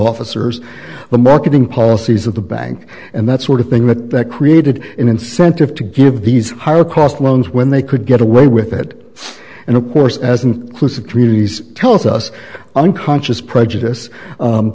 officers the marketing policies of the bank and that sort of thing that that created an incentive to give these higher cost loans when they could get away with it and of course as inclusive communities tells us unconscious prejudice